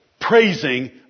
praising